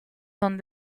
son